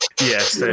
Yes